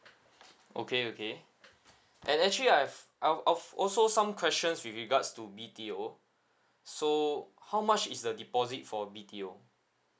okay okay and actually I've I've of also some questions with regards to B_T_O so how much is the deposit for B_T_O